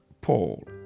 Paul